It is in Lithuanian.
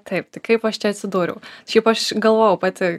taip tai kaip aš čia atsidūriau šiaip aš galvojau pati